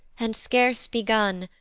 and scarce begun,